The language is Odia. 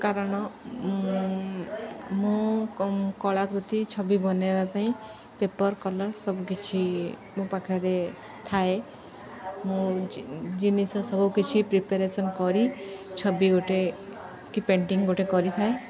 କାରଣ ମୁଁ କଳାକୃତି ଛବି ବନାଇବା ପାଇଁ ପେପର୍ କଲର୍ ସବୁକିଛି ମୋ ପାଖରେ ଥାଏ ମୁଁ ଜିନିଷ ସବୁକିଛି ପ୍ରିପାରେସନ୍ କରି ଛବି ଗୋଟେ କି ପେଟିଂ ଗୋଟେ କରିଥାଏ